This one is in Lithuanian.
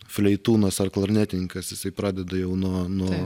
fleitūnas ar klarnetininkas jisai pradeda jau nuo nuo